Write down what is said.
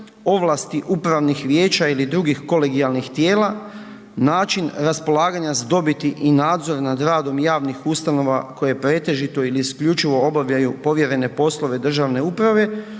ovlasti upravnih vijeća ili drugih kolegijalnih tijela, način raspolaganja s dobiti i nadzor nad radom javnih ustanova koje pretežito ili isključivo obavljaju povjerene poslove državne uprave,